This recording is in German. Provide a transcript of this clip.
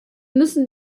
müssen